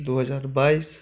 दू हजार बाइस